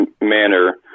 manner